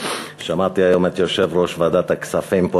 שמעתי היום את יושב-ראש ועדת הכספים פה,